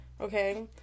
okay